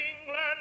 England